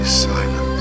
silent